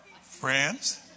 Friends